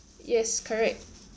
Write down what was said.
yes correct